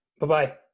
Bye-bye